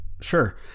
sure